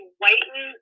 whiten